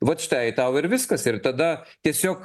vat štai tau ir viskas ir tada tiesiog